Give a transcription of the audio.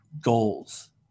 goals